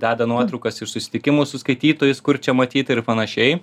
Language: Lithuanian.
deda nuotraukas iš susitikimų su skaitytojais kur čia matyta ir panašiai